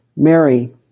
Mary